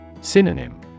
Synonym